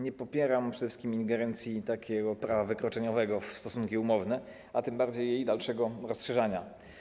Nie popieram przede wszystkim ingerencji prawa wykroczeniowego w stosunki umowne, a tym bardziej jej dalszego rozszerzania.